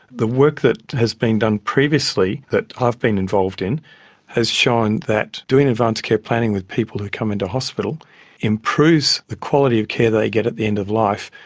the work that has been done previously that ah been involved in has shown that doing advanced care planning with people who come into hospital improves the quality of care they get at the end of life,